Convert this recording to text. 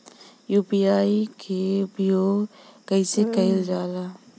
UPI के उपयोग कइसे कइल जाला?